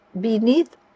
beneath